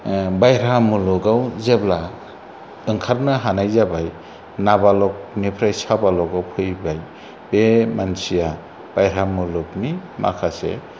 बायह्रा मुलुगाव जेब्ला ओंखारनो हानाय जाबाय नाबालक निफ्राय साबालक आव फैबाय बे मानसिया बायह्रा मुलुगनि माखासे